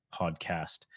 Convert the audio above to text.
podcast